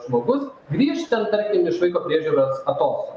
žmogus grįž ten tarkim iš vaiko priežiūros atostogų